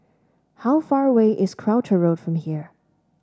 how far away is Croucher Road from here